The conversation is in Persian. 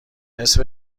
نصف